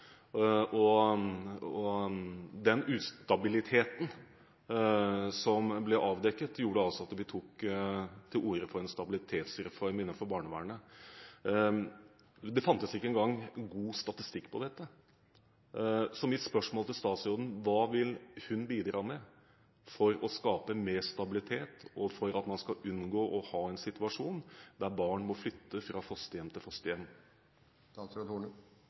til fosterhjem. Den ustabiliteten som ble avdekket, gjorde at vi tok til orde for en stabilitetsreform innenfor barnevernet. Det fantes ikke engang god statistikk på dette. Så mitt spørsmål til statsråden er: Hva vil hun bidra med for å skape mer stabilitet, og for at man skal unngå å ha en situasjon der barn må flytte fra fosterhjem til fosterhjem?